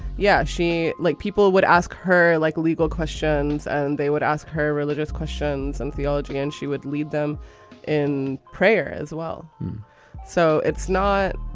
yeah. she like people would ask her like legal questions and they would ask her religious questions and theology and she would lead them in prayer as well so it's not,